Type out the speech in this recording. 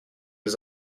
was